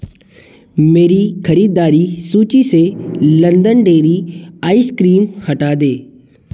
मेरी ख़रीदारी सूची से लंदन डेरी आइस क्रीम हटा दें